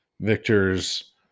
Victor's